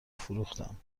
فروختم